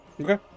Okay